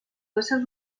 éssers